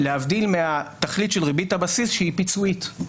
להבדיל מהתכלית של ריבית הבסיס שהיא פיצויית.